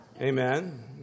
Amen